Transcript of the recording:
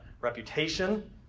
reputation